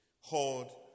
hold